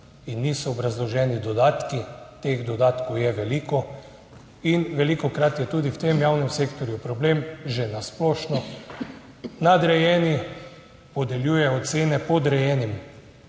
niso obrazloženi dodatki. Teh dodatkov je veliko. In velikokrat je tudi v tem javnem sektorju problem že na splošno, nadrejeni podeljuje ocene podrejenim,